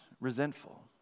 resentful